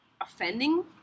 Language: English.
offending